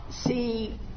see